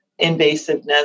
invasiveness